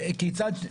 וכיצד,